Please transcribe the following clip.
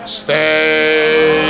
stay